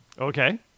Okay